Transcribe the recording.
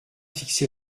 fixé